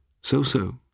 So-so